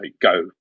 go